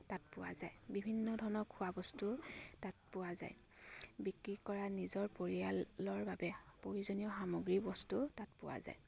তাত পোৱা যায় বিভিন্ন ধৰণৰ খোৱা বস্তু তাত পোৱা যায় বিক্ৰী কৰা নিজৰ পৰিয়ালৰ বাবে প্ৰয়োজনীয় সামগ্ৰী বস্তু তাত পোৱা যায়